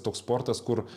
toks sportas kur